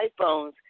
iPhones